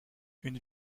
une